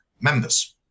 members